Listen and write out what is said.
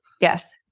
Yes